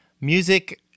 music